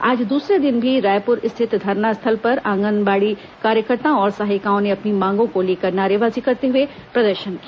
आज दूसरे दिन भी रायपुर स्थित धरना स्थल में आंगनबाड़ी कार्यकर्ताओं और सहायिकाओं ने अपनी मांगों को लेकर नारेबाजी करते हुए प्रदर्शन किया